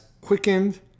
quickened